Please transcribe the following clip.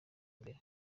mbere